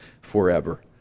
forever